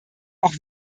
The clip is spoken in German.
auch